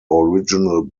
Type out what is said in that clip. original